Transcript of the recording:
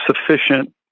sufficient